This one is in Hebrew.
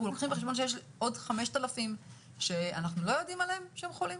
אנחנו לוקחים בחשבון שיש עוד 5,000 שאנחנו לא יודעים עליהם והם חולים?